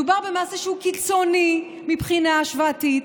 מדובר במעשה שהוא קיצוני מבחינה השוואתית,